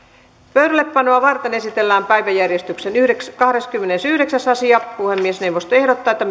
pöydällepanoa varten esitellään päiväjärjestyksen kahdeskymmenesyhdeksäs asia puhemiesneuvosto ehdottaa että